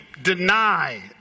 deny